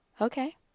Okay